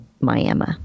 Miami